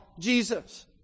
Jesus